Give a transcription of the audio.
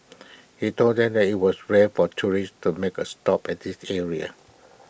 he told them that IT was rare for tourists to make A stop at this area